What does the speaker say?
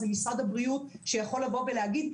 זה משרד הבריאות שיכול לבוא ולהגיד,